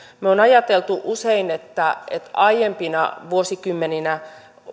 me olemme ajatelleet usein että että aiempina vuosikymmeninä